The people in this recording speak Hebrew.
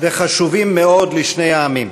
וחשובים מאוד לשני העמים.